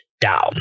down